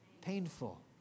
Painful